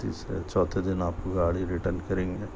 تیسرے چوتھے دِن آپ کو گاڑی ریٹرن کریں گے